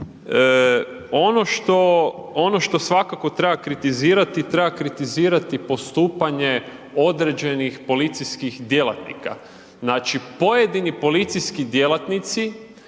Ono što svakako treba kritizirati, treba kritizirati postupanje određenih policijskih djelatnika. Znači pojedini policijski djelatnici